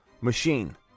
machine